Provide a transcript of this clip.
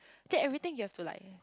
then everything you have to like